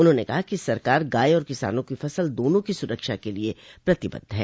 उन्होंने कहा कि सरकार गाय और किसानों की फसल दोनों की सुरक्षा के लिये प्रतिबद्ध है